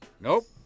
Nope